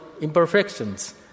imperfections